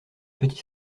petit